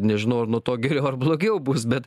nežinau ar nuo to geriau ar blogiau bus bet